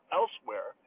elsewhere